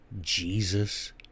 Jesus